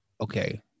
okay